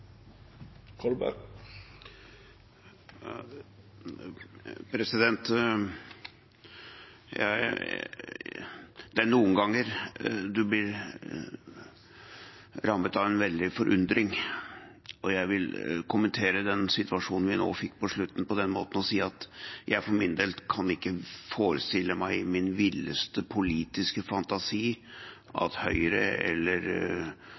noen ganger man blir rammet av en veldig forundring. Jeg vil kommentere den situasjonen vi nå fikk på slutten, med å si at jeg for min del ikke i min villeste politiske fantasi kan forestille meg at Høyre, eller